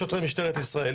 שוטרי משטרת ישראל,